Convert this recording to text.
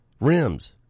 rims